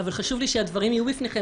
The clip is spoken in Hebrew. זה דבר שהוא מאוד משמעותי.